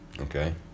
okay